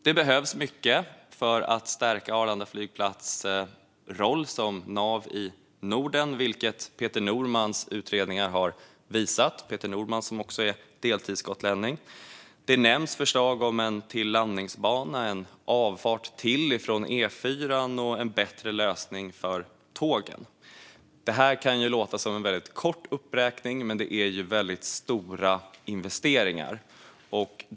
Det behövs mycket för att stärka rollen för Arlanda flygplats som nav i Norden, vilket Peter Normans utredningar har visat - Peter Norman som också är deltidsgotlänning. Det nämns förslag om en till landningsbana, ytterligare en avfart från E4:an och en bättre lösning för tågen. Detta kan låta som en väldigt kort uppräkning, men det rör sig om väldigt stora investeringar.